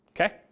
okay